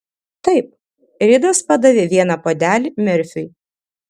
taip ridas padavė vieną puodelį merfiui